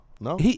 No